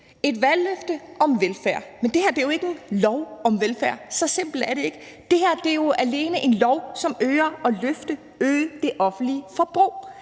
et valgløfte om velfærd. Men det her er jo ikke en lov om velfærd. Så simpelt er det ikke. Det her er jo alene en lov, som løfter og øger det offentlige forbrug.